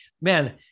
man